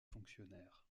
fonctionnaires